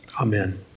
Amen